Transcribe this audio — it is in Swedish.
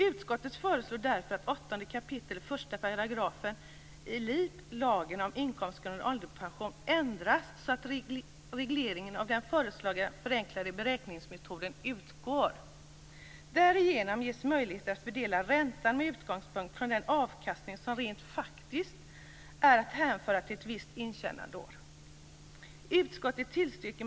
Utskottet föreslår därför att 8 kap. 1 § i LIP - lagen om inkomstgrundad ålderspension - ändras så att regleringen av den föreslagna förenklade beräkningsmetoden utgår. Därigenom ges möjligheter att fördela räntan med utgångspunkt från den avkastning som rent faktiskt är att hänföra till ett visst intjänandeår.